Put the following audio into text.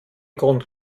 grund